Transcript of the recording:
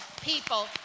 people